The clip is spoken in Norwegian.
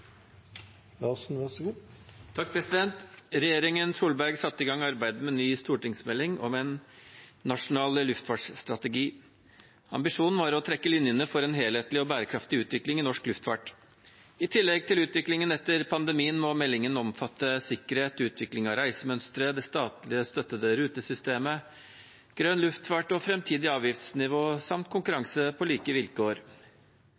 Regjeringen Solberg satte i gang arbeidet med ny stortingsmelding om en nasjonal luftfartsstrategi. Ambisjonen var å trekke linjene for en helhetlig og bærekraftig utvikling i norsk luftfart. I tillegg til utviklingen etter pandemien må meldingen omfatte sikkerhet, utvikling av reisemønstre, det statlig støttede rutesystemet, grønn luftfart, framtidig avgiftsnivå og